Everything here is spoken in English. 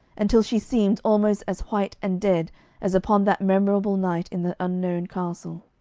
until she seemed almost as white and dead as upon that memorable night in the unknown castle.